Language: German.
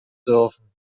dürfen